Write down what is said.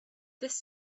this